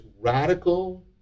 radical